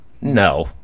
no